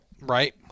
Right